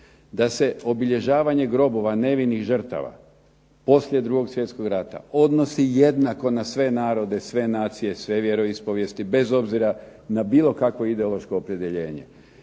da se obilježavanje grobova nevinih žrtava poslije 2. Svjetskog rata odnosi jednako na sve narode, sve nacije, sve vjeroispovijesti bez obzira na bilo kakvo ideološko opredjeljenje,